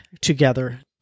together